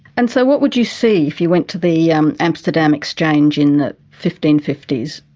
and so what would you see if you went to the um amsterdam exchange in the fifteen fifty s?